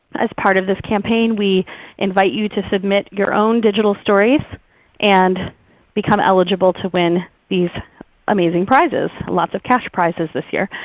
as part of this campaign, we invite you to submit your own digital stories and become eligible to win these amazing prices. lots of cash prizes this year.